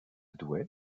douai